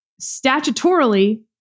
statutorily